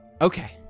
Okay